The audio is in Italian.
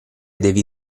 devi